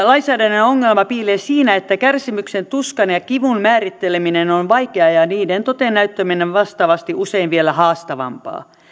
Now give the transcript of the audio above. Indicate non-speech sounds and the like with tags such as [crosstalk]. [unintelligible] lainsäädännön ongelma piilee siinä että kärsimyksen tuskan ja kivun määritteleminen on on vaikeaa ja niiden toteennäyttäminen vastaavasti usein vielä haastavampaa